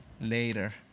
later